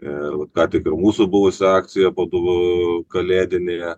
ir ką tik ir mūsų buvusi akcija padovu kalėdinėje